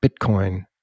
Bitcoin